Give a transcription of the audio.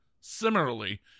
Similarly